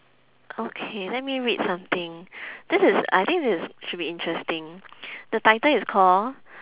okay let me read something this is I think this is should be interesting the title is call